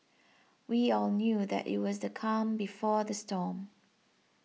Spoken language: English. we all knew that it was the calm before the storm